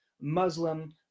Muslim